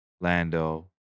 Lando